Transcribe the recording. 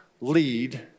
lead